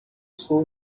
school